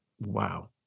wow